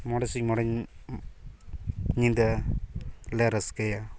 ᱢᱚᱬᱮ ᱥᱤᱧ ᱢᱚᱬᱮ ᱧᱤᱫᱟᱹᱞᱮ ᱨᱟᱹᱥᱠᱟᱹᱭᱟ